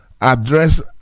address